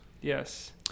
yes